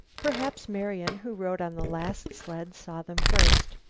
perhaps marian, who rode on the last sled, saw them first.